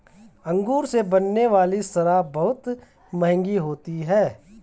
अंगूर से बनने वाली शराब बहुत मँहगी होती है